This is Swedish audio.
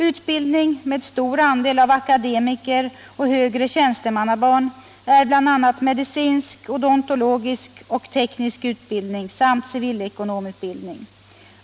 Utbildning med stor andel av akädemiker och högre tjänstemannabarn är bl.a. medicinsk, odontologisk och teknisk utbildning samt civilekonomutbildning.